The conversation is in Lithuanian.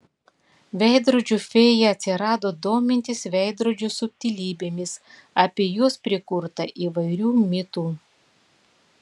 veidrodžių fėja atsirado domintis veidrodžių subtilybėmis apie juos prikurta įvairių mitų